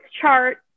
chart